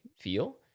feel